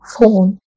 phone